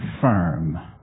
firm